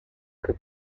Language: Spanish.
que